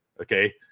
Okay